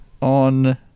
on